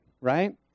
right